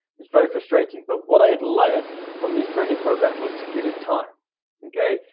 it's very frustrating but what i had learned from these training programs was to give it time okay?